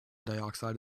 dioxide